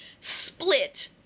split